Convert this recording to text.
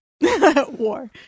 War